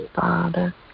Father